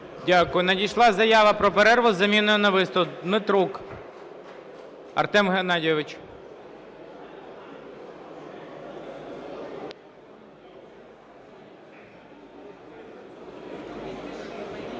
Дякую. Надійшла заява про перерву з заміною на виступ. Дмитрук Артем Геннадійович.